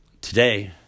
today